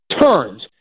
turns